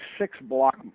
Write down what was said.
six-block